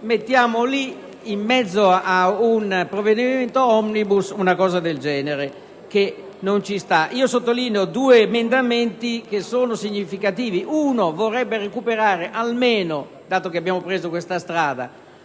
mettiamo dentro ad un provvedimento *omnibus* una norma del genere, che non ci sta. Sottolineo due emendamenti significativi: uno vorrebbe recuperare almeno - dato che abbiamo preso questa strada